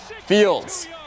Fields